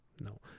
no